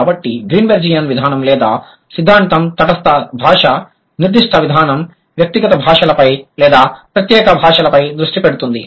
కాబట్టి గ్రీన్బెర్జియన్ విధానం లేదా సిద్ధాంతం తటస్థ భాష నిర్దిష్ట విధానం వ్యక్తిగత భాషలపై లేదా ప్రత్యేక భాషలపై దృష్టి పెడుతుంది